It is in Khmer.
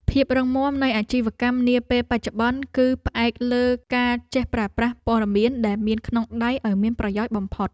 ភាពរឹងមាំនៃអាជីវកម្មនាពេលបច្ចុប្បន្ន គឺផ្អែកលើការចេះប្រើប្រាស់ព័ត៌មានដែលមានក្នុងដៃឱ្យមានប្រយោជន៍បំផុត។